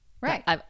Right